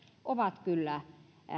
ovat kyllä